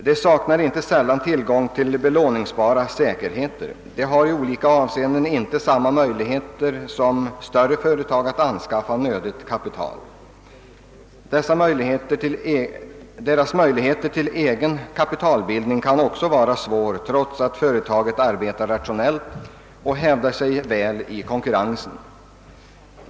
De saknar inte sällan tillgång till belåningsbara säkerheter och har i olika avseenden inte samma möjligheter som större företag att anskaffa nödigt kapital. Deras möjligheter till egen kapitalbildning kan även vara små, trots att företaget arbetar rationellt och hävdar sig väl i konkurrensen.